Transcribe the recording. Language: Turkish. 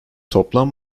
toplam